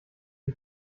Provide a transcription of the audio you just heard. die